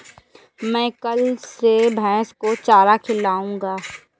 मैं कल से भैस को चारा खिलाऊँगा